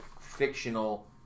fictional